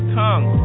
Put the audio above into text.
tongue